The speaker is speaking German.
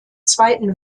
zweiten